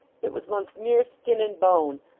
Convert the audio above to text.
it was once mere skin and bone,